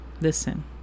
listen